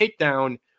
takedown